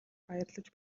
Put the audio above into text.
баярлаж